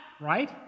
right